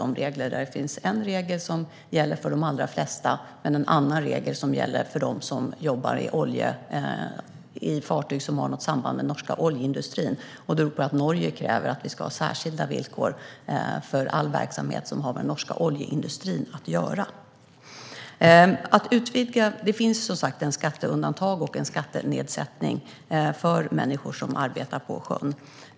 Det kan till exempel finnas en regel som gäller för de allra flesta, men en annan regel som gäller för dem som jobbar på fartyg som har något samband med den norska oljeindustrin, vilket beror på att Norge kräver att vi ska ha särskilda villkor för all verksamhet som har med den norska oljeindustrin att göra. Det finns, som sagt, skatteundantag och skattenedsättning för människor som arbetar på sjön.